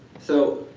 so,